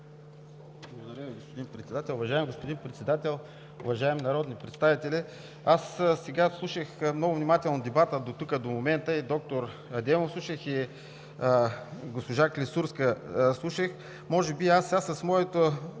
Уважаеми господин Председател, уважаеми народни представители! Аз сега слушах много внимателно дебата дотук, до момента – и доктор Адемов слушах, и госпожа Клисурска слушах. Може би сега